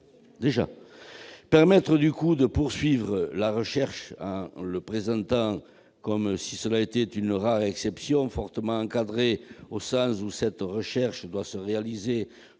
». Permettre de poursuivre la recherche en présentant cela comme une rare exception fortement encadrée, au sens où cette recherche doit se réaliser